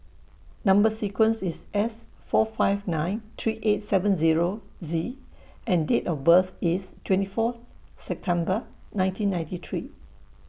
Number sequence IS S four five nine three eight seven Zero Z and Date of birth IS twenty four September nineteen ninety three